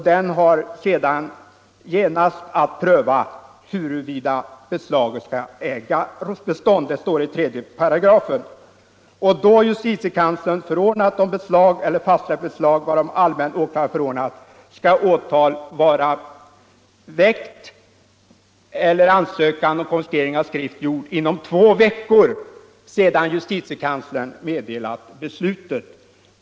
Denne har att genast pröva huruvida beslaget skall äga bestånd. Det står i 3 §. Då justitiekanslern förordat om beslag eller fastställt beslag varom allmän åklagare förordnat, skall åtal vara väckt eller ansökan om konfiskering av skriften gjord inom två veckor, sedan justitiekanslern meddelade beslutet.